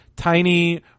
tiny